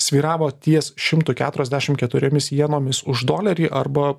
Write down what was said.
svyravo ties šimtu keturiasdešim keturiomis jenomis už dolerį arba